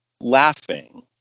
laughing